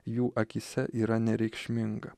jų akyse yra nereikšminga